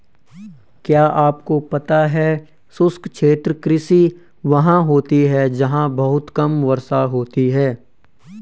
क्या आपको पता है शुष्क क्षेत्र कृषि वहाँ होती है जहाँ बहुत कम वर्षा होती है?